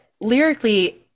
Lyrically